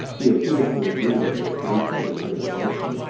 he appeared to agree with her, but he had his reservation.